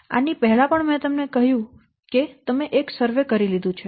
આની પહેલા પણ મેં તમને કહ્યું કે તમે એક સર્વેક્ષણ કરી લીધું છે